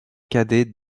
cadet